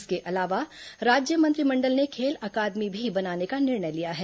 इसके अलावा राज्य मंत्रिमंडल ने खेल अकादमी भी बनाने का निर्णय लिया है